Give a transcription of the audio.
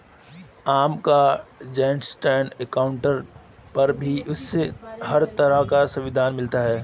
ओम के joint account पर भी उसे हर तरह की सुविधा मिलती है